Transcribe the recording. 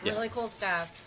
really cool stuff.